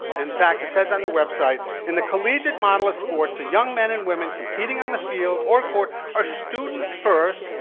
in fact, it says on the website in the collegiate model of sports the young men and women competing on the field or court are students first,